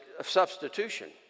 substitution